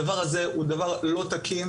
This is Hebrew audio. אם אתה מקבל 36 כיתות אתה מקבל 36 מיליון,